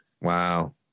Wow